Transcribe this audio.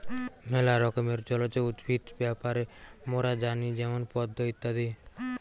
ম্যালা রকমের জলজ উদ্ভিদ ব্যাপারে মোরা জানি যেমন পদ্ম ইত্যাদি